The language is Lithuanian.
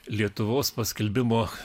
lietuvos paskelbimo